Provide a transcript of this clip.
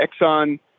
Exxon